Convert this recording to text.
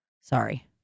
Sorry